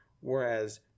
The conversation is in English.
whereas